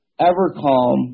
EverCalm